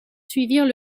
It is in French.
suivirent